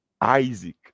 Isaac